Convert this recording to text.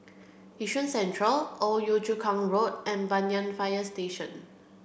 Yishun Central Old Yio Chu Kang Road and Banyan Fire Station